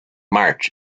march